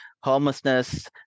homelessness